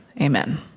amen